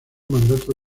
mandato